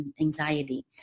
anxiety